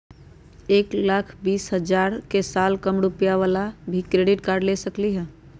एक लाख बीस हजार के साल कम रुपयावाला भी क्रेडिट कार्ड ले सकली ह?